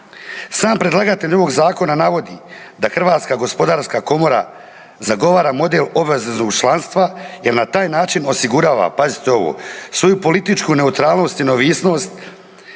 Sam predlagatelj ovoga Zakona navodi da Hrvatska gospodarska komora zagovara model obveznog članstva, jer na taj način osigurava, pazite ovo, svoju političku neutralnost i neovisnost